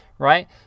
right